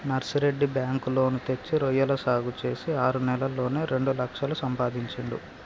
Narsireddy bank loan తెచ్చి రొయ్యల సాగు చేసి ఆరు నెలల్లోనే రెండు లక్షలు సంపాదించిండు